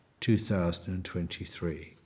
2023